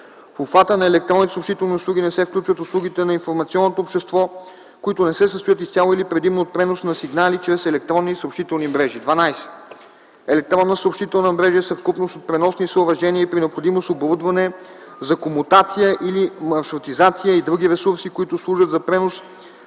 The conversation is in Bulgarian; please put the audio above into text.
обхвата на електронните съобщителни услуги не се включват услугите на информационното общество, които не се състоят изцяло или предимно от пренос на сигнали чрез електронни съобщителни мрежи. 12. „Електронна съобщителна мрежа” е съвкупност от преносни съоръжения и при необходимост оборудване за комутация или маршрутизация и други ресурси, които служат за пренос